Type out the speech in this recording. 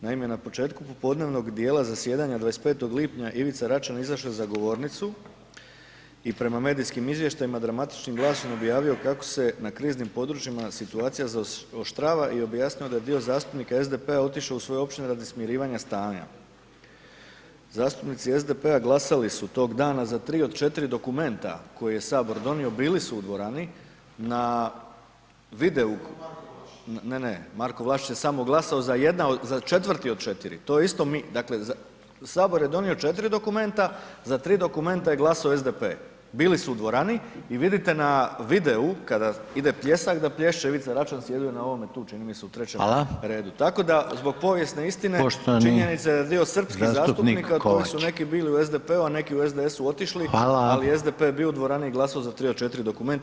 Naime, na početku popodnevnog dijela zasjedanja 25. lipnja Ivica Račan izašao je za govornicu i prema medijskim izvještajima dramatičnim glasom objavio kako se na kriznim područjima situacija zaoštrava i objasnio da je dio zastupnika SDP-a otišao u svoju općinu radi smirivanja stanja, zastupnici SDP-a glasali su tog dana za 3 od 4 dokumenta koji je HS donio, bili su u dvorani na videu … [[Upadica iz klupe se ne razumije]] ne, ne, Marko vaš je samo glasao za četvrti od 4, to je isto mit, dakle HS je donio 4 dokumenta, za 3 dokumenta je glasao SDP, bili su u dvorani i vidite na videu kada ide pljesak da plješće Ivica Račan, sjedio je na ovome tu čini mi se u [[Upadica: Hvala]] trećem redu, tako da zbog povijesne istine [[Upadica: Poštovani…]] činjenica je da dio srpskih zastupnika [[Upadica: …zastupnik Kovač]] koji su neki bili u SDP-u, a neki u SDS-u otišli [[Upadica: Hvala]] ali SDP je bio u dvorani i glasao za 3 od 4 dokumenta.